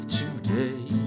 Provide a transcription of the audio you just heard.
today